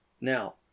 Now